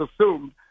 assumed